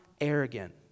arrogant